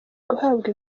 guhabwa